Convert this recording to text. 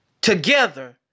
together